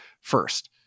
first